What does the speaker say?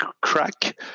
crack